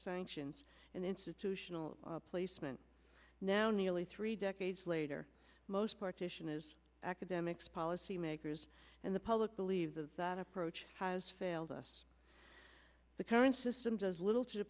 scientists and institutional placement now nearly three decades later most partition is academics policy makers and the public believes that approach has failed us the current system does little to